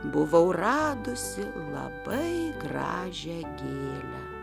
buvau radusi labai gražią gėlę